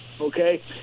okay